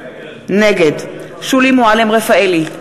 נגד שולי מועלם-רפאלי,